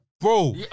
Bro